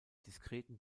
diskreten